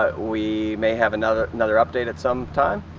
ah we may have another another update at some time,